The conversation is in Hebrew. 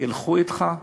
ילכו אתך,